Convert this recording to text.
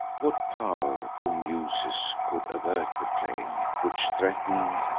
what pow'r, o muses, could avert the flame which threaten'd,